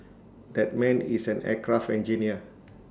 that man is an aircraft engineer